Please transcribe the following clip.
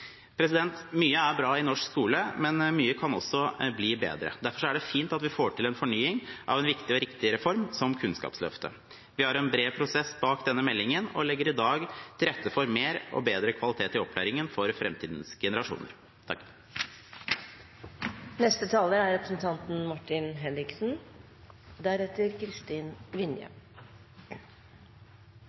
Mye er bra i norsk skole, men mye kan også bli bedre. Derfor er det fint at vi får til en fornying av en viktig og riktig reform som Kunnskapsløftet. Vi har en bred prosess bak denne meldingen og legger i dag til rette for mer og bedre kvalitet i opplæringen for framtidens generasjoner.